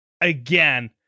again